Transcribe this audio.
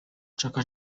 chaka